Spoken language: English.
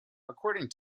according